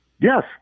Yes